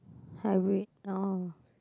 I wait oh